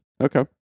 Okay